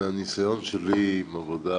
מהניסיון שלי בעבודה